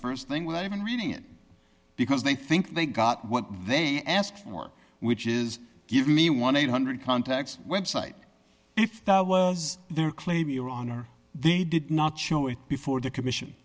st thing without even reading it because they think they got what they asked for which is give me one thousand eight hundred contacts website if that was their claim your honor they did not show it before the commission